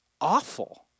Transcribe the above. awful